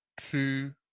two